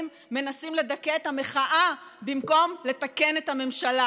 מנסים לדכא את המחאה במקום לתקן את הממשלה.